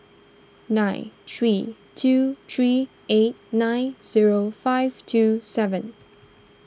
nine three two three eight nine zero five two seven